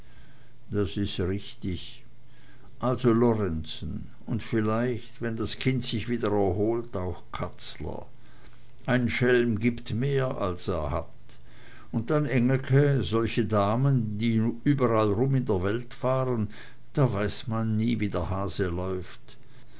das is richtig also lorenzen und vielleicht wenn das kind sich wieder erholt auch katzler ein schelm gibt mehr als er hat und dann engelke solche damen die überall rum in der welt waren da weiß man nie wie der hase läuft